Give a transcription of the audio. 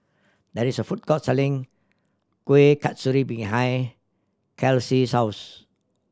there is a food court selling Kuih Kasturi behind Kelsea's house